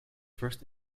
first